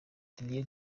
didier